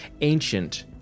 Ancient